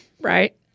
right